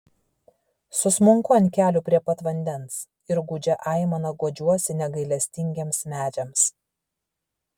susmunku ant kelių prie pat vandens ir gūdžia aimana guodžiuosi negailestingiems medžiams